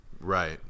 Right